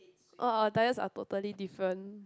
all our diets are totally different